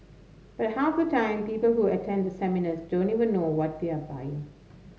but half the time people who attend the seminars don't even know what they are buying